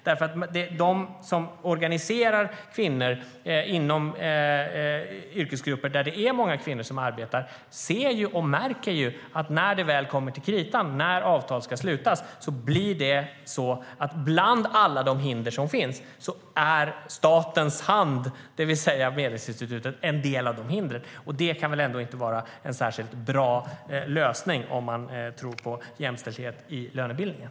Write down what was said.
De som organiserar kvinnor inom yrkesgrupper där många kvinnor arbetar ser och märker att när det väl kommer till kritan, när avtal ska slutas, blir statens hand, det vill säga Medlingsinstitutet, en del av alla de hinder som finns. Det kan väl ändå inte vara en särskilt bra lösning om man tror på jämställdhet i lönebildningen?